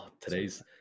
Today's